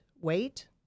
wait